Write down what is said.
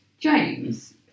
James